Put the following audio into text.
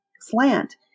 slant